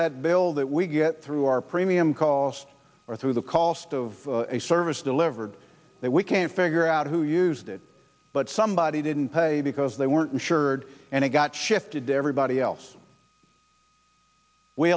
that bill that we get through our premium cost or through the cost of a service delivered that we can figure out who used it but somebody didn't pay because they weren't insured and it got shifted to everybody